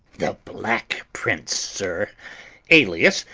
the black prince, sir alias,